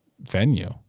venue